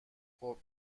خوب